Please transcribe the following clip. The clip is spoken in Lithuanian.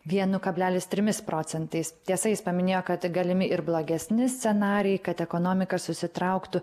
vienu kablelis trimis procentais tiesa jis paminėjo kad galimi ir blogesni scenarijai kad ekonomika susitrauktų